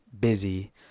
busy